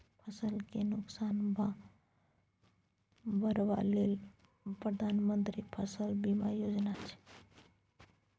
फसल केँ नोकसान भरबा लेल प्रधानमंत्री फसल बीमा योजना छै